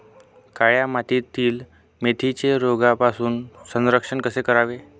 काळ्या मातीतील मेथीचे रोगापासून संरक्षण कसे करावे?